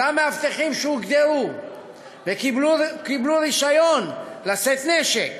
אותם מאבטחים שהוגדרו וקיבלו רישיון לשאת נשק,